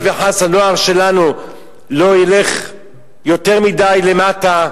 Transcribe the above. וחס הנוער שלנו לא ילך יותר מדי למטה.